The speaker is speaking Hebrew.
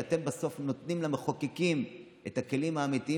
כי אתם בסוף נותנים למחוקקים את הכלים האמיתיים